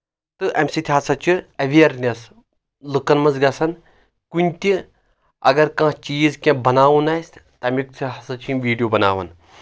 تہٕ امہِ سۭتۍ ہسا چھِ ایویرنؠس لُکن منٛز گژھن کُنہِ تہِ اگر کانٛہہ چیٖز کینٛہہ بناوُن آسہِ تَمیُک تہِ ہسا چھُ یِم ویٖڈیو بناوان